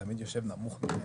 נמשיך.